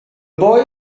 boy